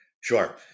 Sure